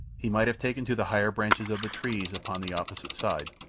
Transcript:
he might have taken to the higher branches of the trees upon the opposite side,